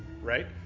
right